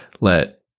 let